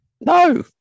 No